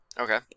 Okay